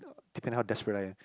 uh depending on how desperate I am